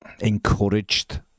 encouraged